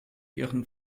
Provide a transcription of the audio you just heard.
ihren